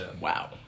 wow